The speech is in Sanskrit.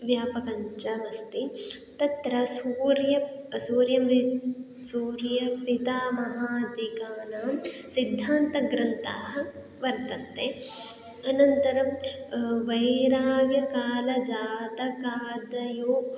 व्यापकं च अस्ति तत्र सूर्यः सूर्यं री सूर्यपितामहादिकानां सिद्धान्तग्रन्थाः वर्तन्ते अनन्तरं वैराग्यकालजातकादयो